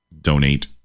donate